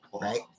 right